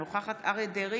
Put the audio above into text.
אינה נוכחת אריה מכלוף דרעי,